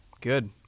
good